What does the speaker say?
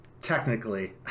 technically